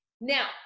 Now